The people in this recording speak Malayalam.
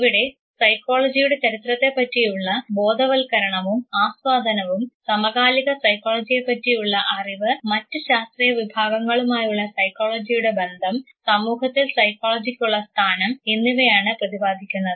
ഇവിടെ സൈക്കോളജിയുടെ ചരിത്രത്തെപറ്റിയുള്ള ബോധവൽക്കരണവും ആസ്വാദനവും സമകാലിക സൈകോളജിയെപറ്റിയുള്ള അറിവ് മറ്റ് ശാസ്ത്രീയ വിഭാഗങ്ങളുമായുള്ള സൈക്കോളജിയുടെ ബന്ധം സമൂഹത്തിൽ സൈക്കോളജിക്കുള്ള സ്ഥാനം എന്നിവയാണ് പ്രതിപാദിക്കുന്നത്